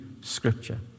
Scripture